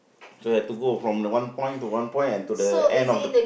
so have to go from the one point to one point and to the end of the